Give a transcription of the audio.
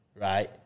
right